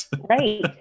right